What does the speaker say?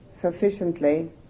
sufficiently